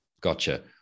gotcha